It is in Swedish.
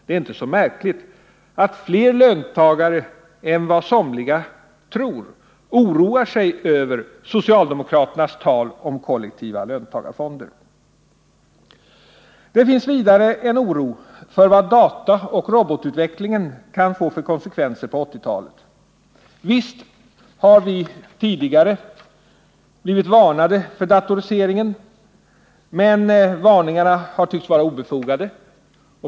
Det är inte så märkligt att fler löntagare än vad somliga tror oroar sig över socialdemokraternas tal om kollektiva löntagarfonder. Det finns vidare en oro för vad dataoch robotutvecklingen kan få för konsekvenser på 1980-talet. Visst har vi tidigare blivit varnade för datoriseringen, men varningarna har tyckts vara obefogade.